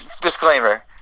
disclaimer